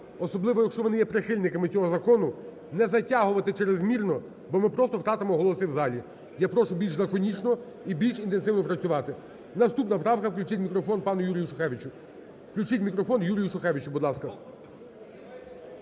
особливо якщо вони є прихильниками цього закону, не затягувати черезмірно, бо ми просто втратимо голоси в залі. Я прошу більш лаконічно і більш інтенсивно працювати. Наступна правка. Включіть мікрофон пану Юрію Шухевичу. Включіть мікрофон Юрію Шухевичу, будь ласка.